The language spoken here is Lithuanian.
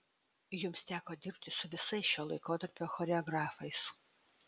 jums teko dirbti su visais šio laikotarpio choreografais